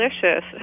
delicious